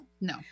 No